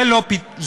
זה לא פירורים.